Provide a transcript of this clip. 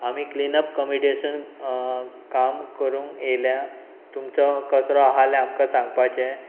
आमी clean up कमिटेशन काम करूंक येयल्या तुमचो कचरो आसल्यार आमकां सांगपाचें